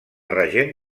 regent